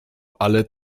ale